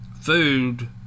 food